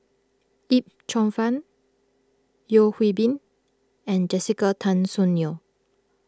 Yip Cheong Fun Yeo Hwee Bin and Jessica Tan Soon Neo